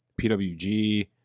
PWG